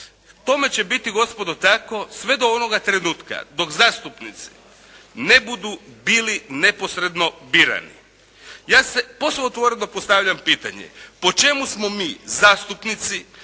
Tome će biti gospodo tako sve do onoga trenutka dok zastupnici ne budu bili neposredno birani. Ja posve otvoreno postavljam pitanje po čemu smo mi zastupnici